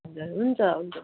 हजुर हुन्छ हुन्छ